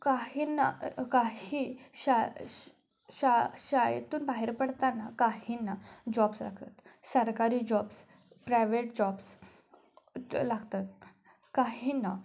काहींना काही शा शा शाळेतून बाहेर पडताना काहींना जॉब्स लागतात सरकारी जॉब्स प्रायव्हेट जॉब्स त लागतात काहींना